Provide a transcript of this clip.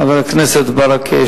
חבר הכנסת ברכה,